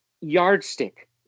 yardstick